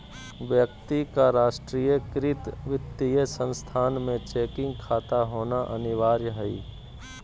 व्यक्ति का राष्ट्रीयकृत वित्तीय संस्थान में चेकिंग खाता होना अनिवार्य हइ